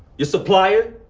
you're supplier?